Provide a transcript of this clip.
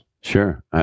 Sure